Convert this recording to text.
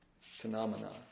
phenomena